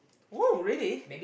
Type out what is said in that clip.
oh really